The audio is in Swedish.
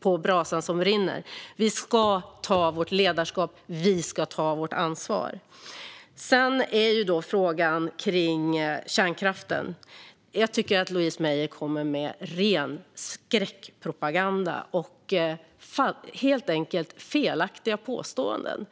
på brasan. Vi ska ta vårt ledarskap och vårt ansvar. I fråga om kärnkraften tycker jag att Louise Meijer kommer med ren skräckpropaganda och helt enkelt felaktiga påståenden.